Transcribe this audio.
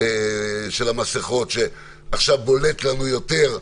של המסכות שעכשיו בולט לנו יותר,